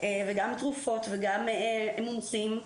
אני משיגה 60 שקלים,